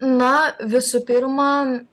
na visų pirma